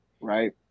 right